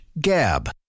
gab